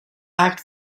act